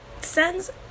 sends